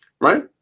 Right